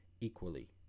equally